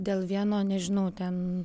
dėl vieno nežinau ten